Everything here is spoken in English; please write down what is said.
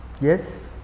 yes